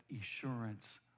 assurance